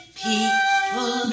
people